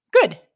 Good